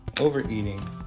overeating